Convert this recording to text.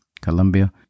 Colombia